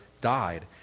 died